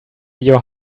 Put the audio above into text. your